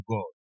God